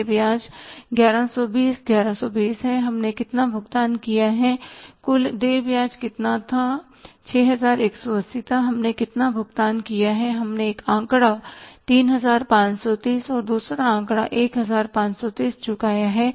देय ब्याज 1120 1120 हैहमने कितना भुगतान किया है कुल देय ब्याज कितना था 6180 था हमने कितना भुगतान किया है हमने एक आंकड़ा 3530 और दूसरा आंकड़ा 1530 चुकाया है